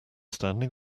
standing